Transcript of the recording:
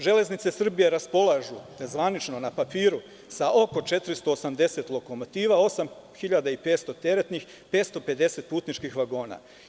Železnice Srbije“ raspolažu, ne zvanično, na papiru sa oko 480 lokomotiva, 8.500 teretnih, 550 putničkih vagona.